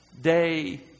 day